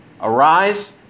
Arise